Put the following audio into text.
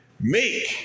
Make